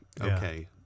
okay